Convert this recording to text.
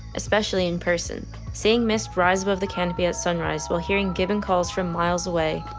especially in person. seeing mist rise above the canopy at sunrise while hearing gibbon calls from miles away,